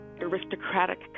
aristocratic